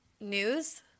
News